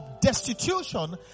destitution